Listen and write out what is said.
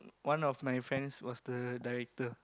one of my friends was the director